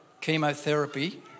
chemotherapy